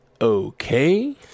okay